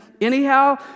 Anyhow